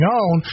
on